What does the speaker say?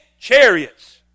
chariots